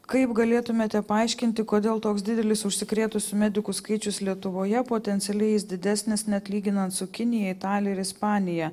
kaip galėtumėte paaiškinti kodėl toks didelis užsikrėtusių medikų skaičius lietuvoje potencialiai jis didesnis net lyginant su kinija italija ir ispanija